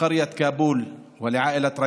לכפר כאבול ולמשפחת ריאן,